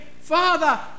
Father